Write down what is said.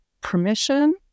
permission